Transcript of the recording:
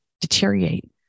deteriorate